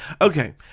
Okay